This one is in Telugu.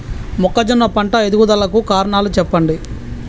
మొక్కజొన్న పంట ఎదుగుదల కు కారణాలు చెప్పండి?